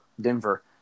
Denver